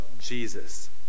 Jesus